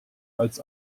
als